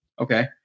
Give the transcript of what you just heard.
Okay